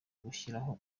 gushyiraho